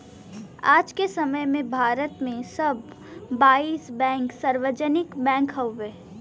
आज के समय में भारत में सब बाईस बैंक सार्वजनिक बैंक हउवे